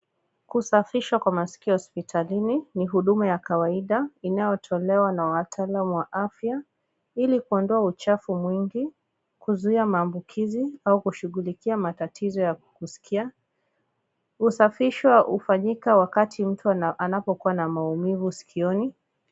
Kusafishwa kwa masikio hospitalini ni huduma ya kawaida inayotolewa na wataalamu wa afya ,ili kuondoa uchafu mwingi ,kuzuia maambukizi au kushughlikia matatizo ya kusikia ,kusafishwa ufanyika wakati mtu anapokua na maumivu sikioni.